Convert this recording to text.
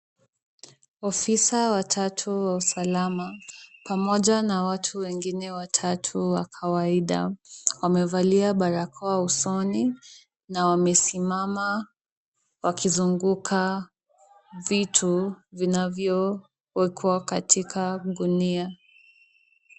Ofisa watatu wa usalama, pamoja na watu wengine watatu wa kawaida, wamevalia barakoa usoni na wamesimama wakizunguka vitu vinavyowekwa katika gunia.